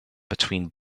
between